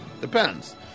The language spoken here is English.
depends